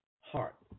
heart